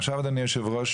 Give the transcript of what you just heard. עכשיו אדוני יושב הראש,